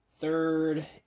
third